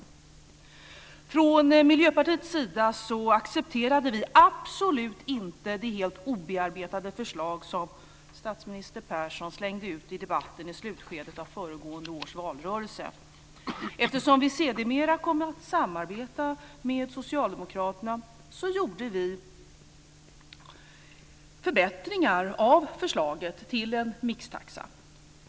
Vi från Miljöpartiets sida accepterade absolut inte det helt obearbetade förslag som statsminister Persson slängde ut i debatten i slutskedet av föregående valrörelse. Eftersom vi sedermera kom att samarbeta med socialdemokraterna gjorde vi förbättringar av förslaget till en mixtaxa.